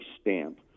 stamp